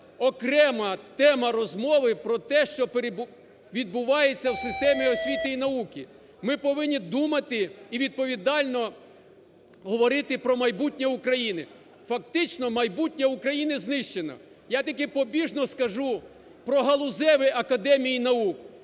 окрема тема розмови про те, що відбувається в системі освіти і науки. Ми повинні думати і відповідально говорити про майбутнє України. Фактично майбутнє України знищено. Я таке побіжно скажу про галузеві академії наук.